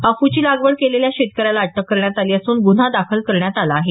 अफूची लागवड केलेल्या शेतकऱ्याला अटक करण्यात आली असून गुन्हा दाखल करण्यात आला आहे